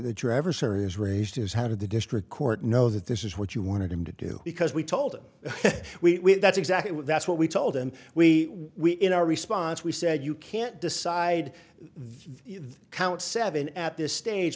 of the district court know that this is what you wanted him to do because we told him we that's exactly that's what we told him we we in our response we said you can't decide count seven at this stage